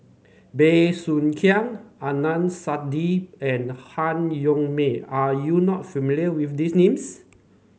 Bey Soo Khiang Adnan Saidi and Han Yong May are you not familiar with these names